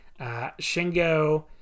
Shingo